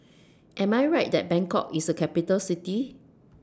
Am I Right that Bangkok IS A Capital City